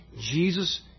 Jesus